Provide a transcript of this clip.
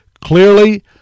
clearly